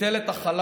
ביטל את החל"ת